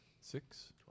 six